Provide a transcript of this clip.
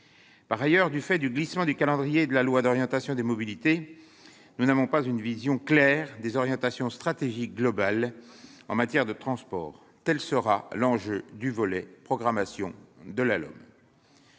Par ailleurs, du fait du glissement du calendrier de la loi d'orientation des mobilités, nous n'avons pas une vision claire des orientations stratégiques globales en matière de transports. Tel sera l'enjeu du volet « programmation » de la LOM.